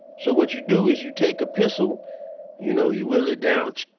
so what you do is you take a pencil you know you whittle it down,